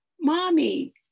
mommy